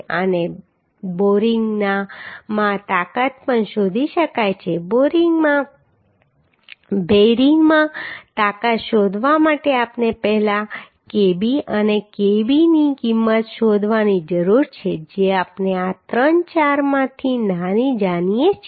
અને બેરિંગમાં તાકાત પણ શોધી શકાય છે બેરિંગમાં તાકાત શોધવા માટે આપણે પહેલા Kb અને Kb ની કિંમત શોધવાની જરૂર છે જે આપણે આ ત્રણ ચારમાંથી નાની જાણીએ છીએ